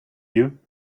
you